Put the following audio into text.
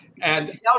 And-